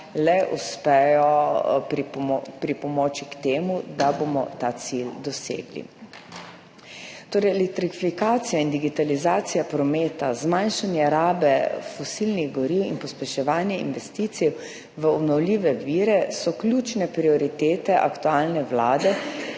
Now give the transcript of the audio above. le uspejo pripomoči k temu, da bomo dosegli ta cilj. Torej, elektrifikacija in digitalizacija prometa, zmanjšanje rabe fosilnih goriv in pospeševanje investicij v obnovljive vire so ključne prioritete aktualne vlade